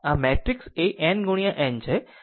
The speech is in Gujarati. આમ મેટ્રિક્સ એ n ગુણ્યા n છે